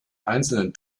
einzelnen